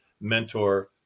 mentor